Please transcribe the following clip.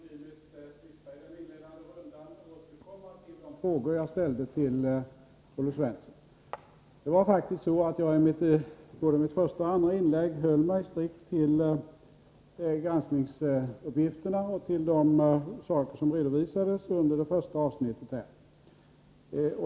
Herr talman! Jag vill i detta inlägg, som blir mitt sista i den inledande rundan, återkomma till de frågor jag ställde till Olle Svensson. Det var faktiskt så att jag i både mitt första och mitt andra inlägg höll mig strikt till granskningsuppgifterna och till de saker som redovisas under det första avsnittet.